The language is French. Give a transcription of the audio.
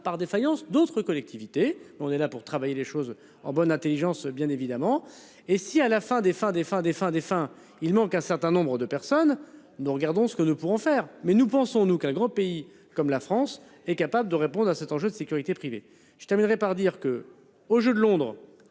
par défaillance d'autres collectivités. On est là pour travailler les choses en bonne Intelligence, bien évidemment et si à la fin des fins, des enfin des enfin des enfin il manque un certain nombre de personnes nous regardons ce que nous pourrons faire mais nous pensons nous qu'un grand pays comme la France est capable de répondre à cet enjeu de sécurité privée. Je terminerai par dire que aux Jeux de Londres.